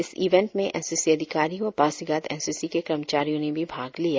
इस इवेंट में N C C अधिकारी व पासीघाट एन सी सी के कर्मचारियों ने भी भाग लिया